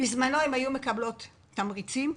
בזמנו הן היו מקבלות תמריצים.